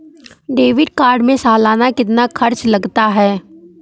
Debit card में सालाना कितना खर्च लगता है?